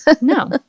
no